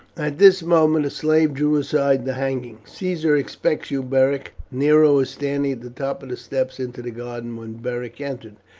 at this moment a slave drew aside the hanging caesar expects you, beric. nero was standing at the top of the steps into the garden when beric entered.